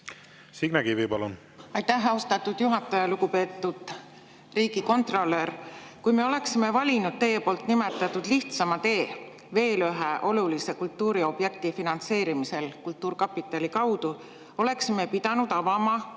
Signe Kivi, palun!